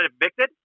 evicted